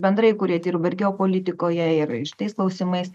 bendrai kurie dirba ir geopolitikoje ir šitais klausimais